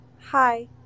Hi